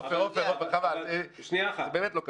עפר, חבל, זה באמת לא קשור.